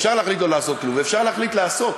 אפשר להחליט לא לעשות כלום ואפשר להחליט לעשות.